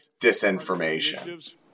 disinformation